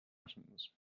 atoms